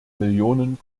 millionen